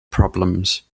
problems